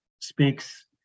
speaks